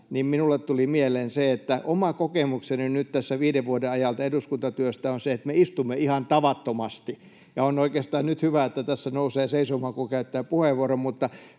niin minulle tuli mieleen se, että oma kokemukseni nyt tässä viiden vuoden ajalta eduskuntatyöstä on se, että me istumme ihan tavattomasti. Ja on oikeastaan nyt hyvä, että tässä nousee seisomaan, kun käyttää puheenvuoron.